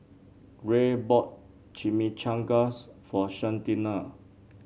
Rhea bought Chimichangas for Shanita